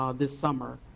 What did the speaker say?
um this summer,